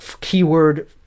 keyword